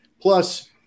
Plus